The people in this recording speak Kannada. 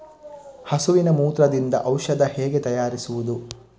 ಹಸುವಿನ ಮೂತ್ರದಿಂದ ಔಷಧ ಹೇಗೆ ತಯಾರಿಸುವುದು?